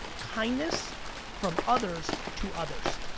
kindness from others to others.